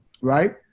right